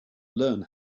learn